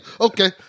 Okay